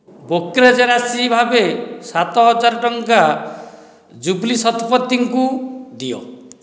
brokerage ରାଶି ଭାବେ ସାତ ହଜାର ଟଙ୍କା ଜୁବ୍ଲି ଶତପଥୀଙ୍କୁ ଦିଅ